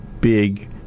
big